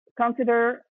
consider